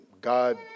God